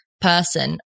person